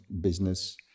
business